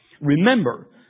Remember